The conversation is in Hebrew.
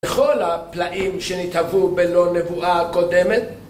לכל הפלאים שנתאבו בלא נבואה הקודמת